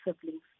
siblings